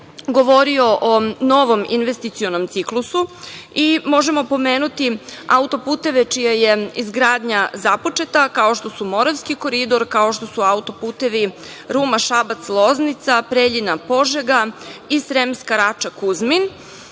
govorio o novom investicionom ciklusu i možemo pomenuti auto-puteve čija je izgradnja započeta, kao što su Moravski koridor, kao što su auto-putevi Ruma – Šabac – Loznica, Preljina – Požega i Sremska Rača – Kuzmin,